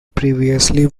previously